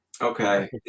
Okay